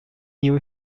new